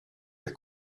here